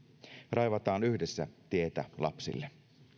raivataan yhdessä tietä lapsille